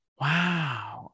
wow